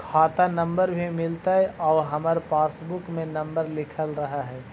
खाता नंबर भी मिलतै आउ हमरा पासबुक में नंबर लिखल रह है?